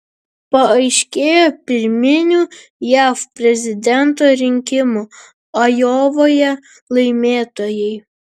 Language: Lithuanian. paaiškėjo pirminių jav prezidento rinkimų ajovoje laimėtojai